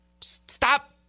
Stop